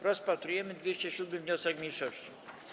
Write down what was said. Rozpatrujemy 207. wniosek mniejszości.